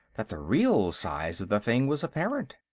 that the real size of the thing was apparent.